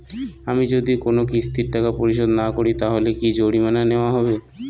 আমি যদি কোন কিস্তির টাকা পরিশোধ না করি তাহলে কি জরিমানা নেওয়া হবে?